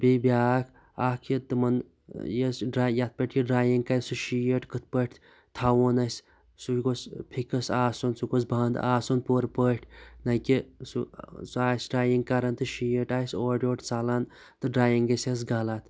بیٚیہِ بیاکھ اَکھ یہِ تِمَن یُس ڈَرا یتھ پٮ۪ٹھ یہِ ڈَرایِنگ کَرِ سُہ شیٖٹ کِتھ پٲٹھۍ تھاوہون أسۍ سُے گوٚژھ فِکٕس آسُن سُہ گوٚژھ بَنٛد آسُن پور پٲٹھۍ نہ کہِ سُہ سُہ آسہِ ڈَرایِنگ کَران تہٕ شیٹ آسہِ اورٕ یورٕ ژَلان تہٕ ڈَرایِنگ گَژھس غلط